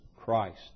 Christ